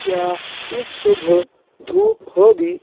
کیا اس صبح دھوپ ہوگی